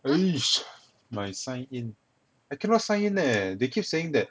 my sign in I cannot sign in eh they keep saying that